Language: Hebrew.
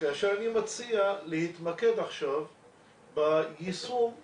אני מציע להתמקד עכשיו ביישום גם